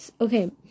Okay